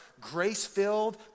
grace-filled